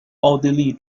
奥地利